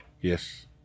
Yes